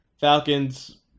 Falcons